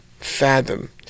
fathom